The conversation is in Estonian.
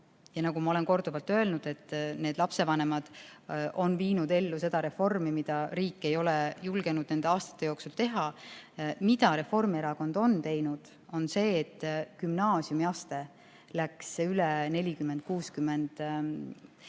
Nagu ma olen korduvalt öelnud, need lapsevanemad on viinud ellu seda reformi, mida riik ei ole julgenud nende aastate jooksul teha. Reformierakond on teinud seda, et gümnaasiumiaste läks üle 40%